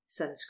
sunscreen